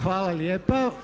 Hvala lijepa.